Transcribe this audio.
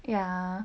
ya